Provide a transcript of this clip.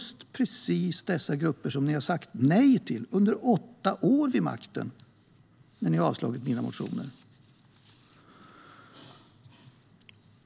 Det är just dessa grupper som ni har sagt nej till under åtta år vid makten när ni har avstyrkt mina motioner.